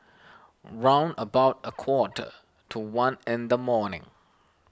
round about a quarter to one in the morning